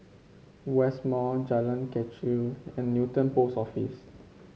West Mall Jalan Kechil and Newton Post Office